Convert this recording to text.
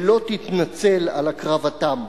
ולא תתנצל על הקרבתם,